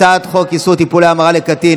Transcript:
הצעת חוק איסור טיפולי המרה לקטין,